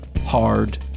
hard